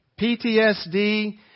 PTSD